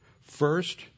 first